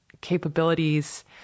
capabilities